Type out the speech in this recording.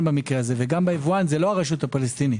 במקרה הזה וגם היבואן זה לא הרשות הפלסטינית.